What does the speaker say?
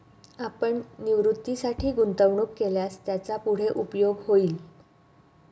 आपण निवृत्तीसाठी गुंतवणूक केल्यास त्याचा पुढे उपयोग होईल